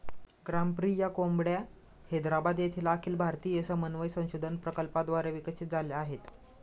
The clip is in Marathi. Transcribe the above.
ग्रामप्रिया कोंबड्या हैदराबाद येथील अखिल भारतीय समन्वय संशोधन प्रकल्पाद्वारे विकसित झाल्या आहेत